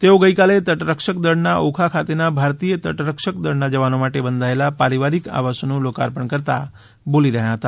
તેઓ ગઇકાલે તટરક્ષક દળના ઓખા ખાતેના ભારતીય તટરક્ષક દળના જવાનો માટે બંધાયેલા પારિવારીક આવાસોનું લોકાર્પણ કરતા બોલી રહ્યા હતા